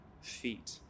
feet